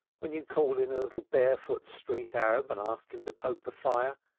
when you call in a little barefoot street arab and ask him to poke the fire,